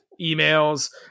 emails